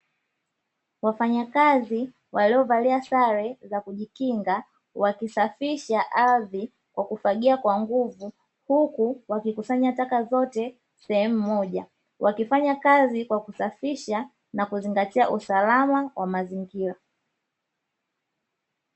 Wafanyakazi waliovalia sare za kujikinga, wakisafisha ardhi kwa kufagia kwa nguvu, huku wakikusanya taka zote sehemu moja, wakifanya kazi kwa kusafisha na kuzingatia usalama wa mazingira.